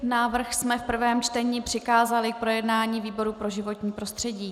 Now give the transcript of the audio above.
Návrh jsme v prvém čtení přikázali k projednání výboru pro životní prostředí.